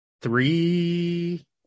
three